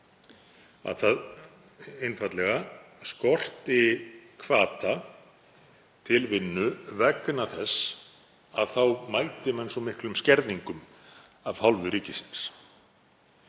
skorti einfaldlega hvata til vinnu vegna þess að þá mæti menn svo miklum skerðingum af hálfu ríkisins.